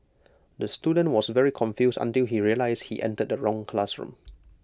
the student was very confused until he realised he entered the wrong classroom